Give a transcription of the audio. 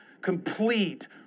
complete